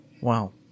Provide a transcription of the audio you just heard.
Wow